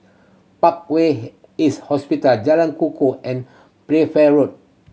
Parkway East Hospital Jalan Kukoh and Playfair Road